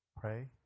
pray